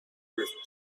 drift